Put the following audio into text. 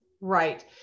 Right